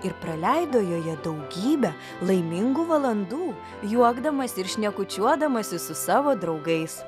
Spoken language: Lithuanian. ir praleido joje daugybę laimingų valandų juokdamasi ir šnekučiuodamasi su savo draugais